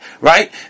right